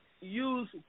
use